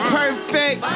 perfect